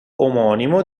omonimo